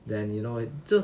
then you know it 这